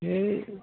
बे